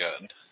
good